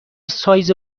سایز